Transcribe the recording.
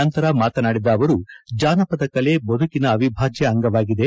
ನಂತರ ಮಾತನಾಡಿದ ಅವರು ಜಾನಪದ ಕಲೆ ಬದುಕಿನ ಅವಿಭಾಜ್ಯ ಅಂಗವಾಗಿದೆ